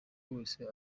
wese